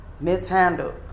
mishandled